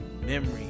memory